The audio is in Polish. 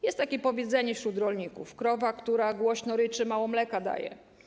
Jest takie powiedzenie wśród rolników: krowa, która głośno ryczy, mało mleka daje.